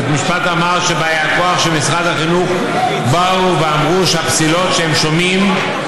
בית המשפט אמר שבאי הכוח של משרד החינוך באו ואמרו שהפסילות שהם שומעים,